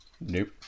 nope